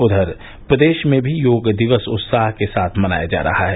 उधर प्रदेश में भी योग दिवस उत्साह के साथ मनाया जा रहा है